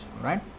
right